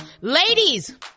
Ladies